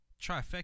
trifecta